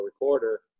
recorder